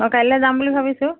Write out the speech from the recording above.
অ কাইলৈ যাম বুলি ভাবিছোঁ